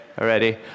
already